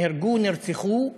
נהרגו, נרצחו,